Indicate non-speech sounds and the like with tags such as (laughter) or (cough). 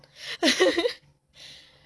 (laughs)